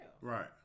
Right